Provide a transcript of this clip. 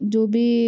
जो भी